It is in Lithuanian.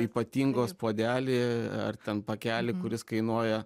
ypatingos puodelį ar ten pakelį kuris kainuoja